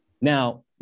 Now